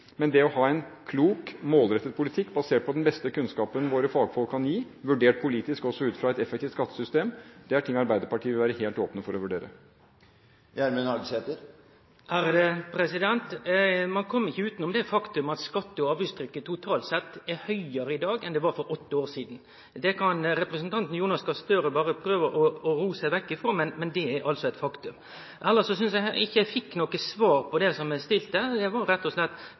Men det å ha en klok og målrettet politikk, basert på den beste kunnskapen våre fagfolk kan gi, vurdert politisk også, ut ifra et effektivt skattesystem er ting Arbeiderpartiet vil være helt åpen for å vurdere. Ein kjem ikkje utanom det faktum at skatte- og avgiftstrykket totalt sett er høgare i dag enn det var for åtte år sidan. Det kan representanten Jonas Gahr Støre berre prøve å ro seg vekk ifrå, men det er eit faktum. Eg synest ikkje eg fekk noko svar på spørsmålet eg stilte: Kva meiner representanten Jonas Gahr Støre når han seier at ein skal opne opp for skattelettar som er retta inn mot bedrifter og